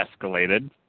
escalated